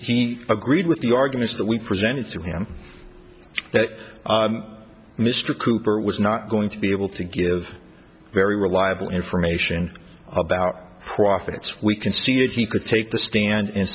he agreed with the arguments that we presented through him that mr cooper was not going to be able to give very reliable information about profits we conceded he could take the stand and